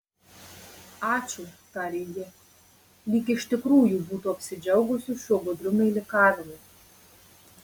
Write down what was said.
ačiū tarė ji lyg iš tikrųjų būtų apsidžiaugusi šiuo gudriu meilikavimu